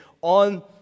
on